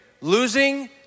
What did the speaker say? losing